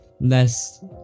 less